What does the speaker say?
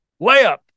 Layup